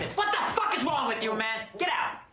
what the fuck is wrong with you, man? get out!